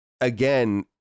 again